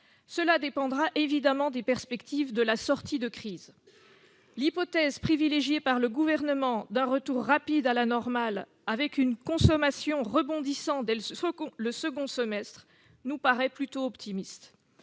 Cela dépendra évidemment des perspectives de la sortie de crise. L'hypothèse privilégiée par le Gouvernement d'un retour rapide à la normale, avec une consommation rebondissant dès le second semestre, nous paraît plutôt optimiste.